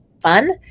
fun